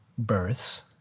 Births